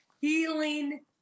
healing